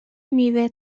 میوه